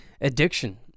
addiction